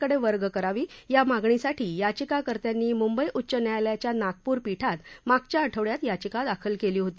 कडे वर्ग करावी या मागणीसाठी याचिकाकर्त्यांनी मुंबई उच्च न्यायालयाच्या नागपूर पीठात मागच्या आठवड्यात याचिका दाखल केली होती